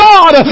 God